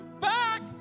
back